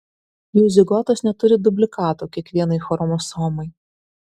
jų zigotos neturi dublikato kiekvienai chromosomai